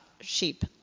sheep